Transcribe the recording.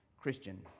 christian